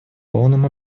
полном